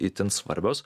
itin svarbios